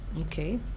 Okay